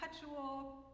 perpetual